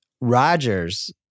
Rodgers